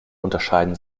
unterscheiden